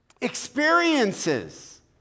Experiences